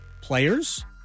players